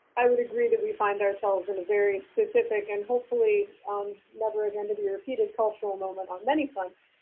i would agree that we find ourselves in a very specific and hopefully um never again to be repeated cultural moment on many fronts,